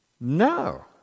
No